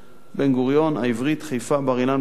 בן-גוריון, העברית, חיפה, בר-אילן ותל-אביב.